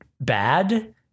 bad